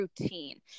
routine